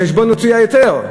אם על חשבון מוציא ההיתר,